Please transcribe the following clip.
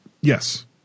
yes